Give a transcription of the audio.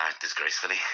disgracefully